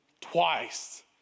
Twice